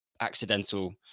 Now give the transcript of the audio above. accidental